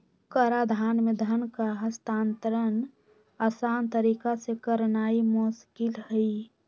कराधान में धन का हस्तांतरण असान तरीका से करनाइ मोस्किल हइ